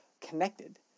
connected